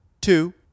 two